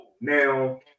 Now